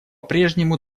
прежнему